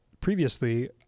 previously